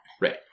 Right